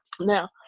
Now